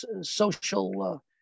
social